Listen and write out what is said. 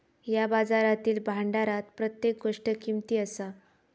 या बाजारातील भांडारात प्रत्येक गोष्ट किमती असा